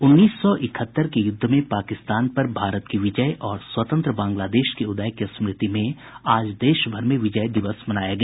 उन्नीस सौ इकहत्तर के युद्ध में पाकिस्तान पर भारत की विजय और स्वतंत्र बांग्लादेश के उदय की स्मृति में आज देश भर में विजय दिवस मनाया गया